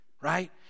right